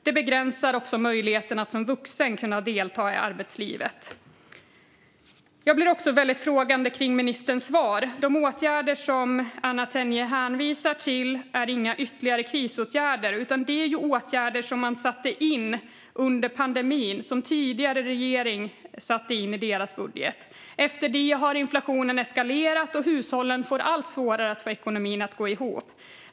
Det begränsar också möjligheterna att som vuxen kunna delta i arbetslivet. Jag blir också väldigt frågande vad gäller ministerns svar. De åtgärder som Anna Tenje hänvisar till är inga ytterligare krisåtgärder, utan det är åtgärder som man satte in under pandemin och som den tidigare regeringen hade i sin budget. Efter det har inflationen eskalerat, och hushållen får allt svårare att få ekonomin att gå ihop.